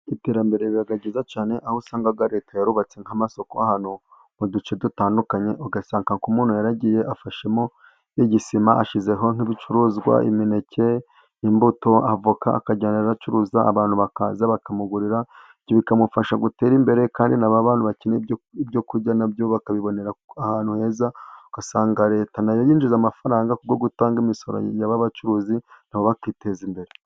Iterambere riba ryiza cyane, aho usanga Leta yarubatse nk'amasoko, ahantu mu duce dutandukanye. Ugasanga nk'umuntu yaragiye afashemo igisima, ashyizeho n'ibicuruzwa. Imineke, imbuto, avoka akajya aracuruza abantu bakaza bakamugurira. Ibyo bikamufasha gutera imbere, kandi na ba bantu bakeneye ibyo kurya na byo bakabibonera ahantu heza. Ugasanga Leta na yo yinjiza amafaranga kubwo gutanga imisoro ya ba bacuruzi, na bo bakiteza imbere.